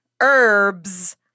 herbs